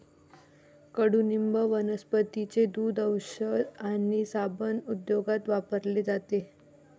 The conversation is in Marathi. कडुनिंब वनस्पतींचे दूध, औषध आणि साबण उद्योगात वापरले जाते